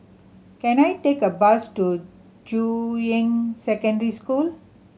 can I take a bus to Juying Secondary School